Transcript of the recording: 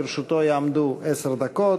לרשותו יעמדו עשר דקות,